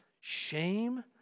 shame